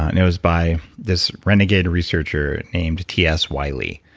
and it was by this renegade researcher named t s. wiley.